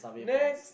next